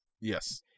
Yes